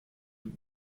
dem